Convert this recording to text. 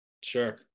sure